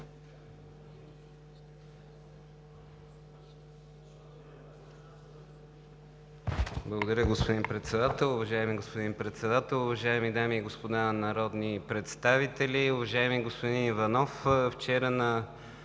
Благодаря, господин Председател. Уважаеми господин Председател, уважаеми дами и господа народни представители, уважаеми господин Иванов! Вчера на